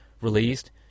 released